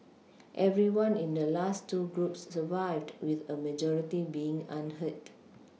everyone in the last two groups survived with a majority being unhurt